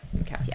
Okay